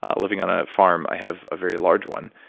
ah living on a farm, i have a very large one.